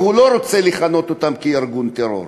והוא לא רוצה לכנות אותם ארגון טרור?